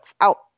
out